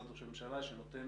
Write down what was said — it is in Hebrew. משרד ראש הממשלה שנותן